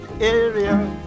area